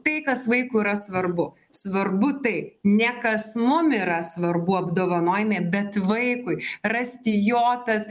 tai kas vaikui yra svarbu svarbu tai ne kas mum yra svarbu apdovanojame bet vaikui rasti jo tas